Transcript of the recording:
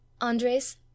Andres